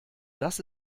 das